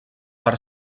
per